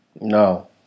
No